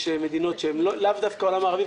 יש מדינות שהן לאו דווקא עולם המערבי,